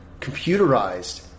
computerized